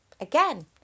again